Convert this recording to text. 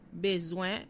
besoin